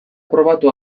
probatu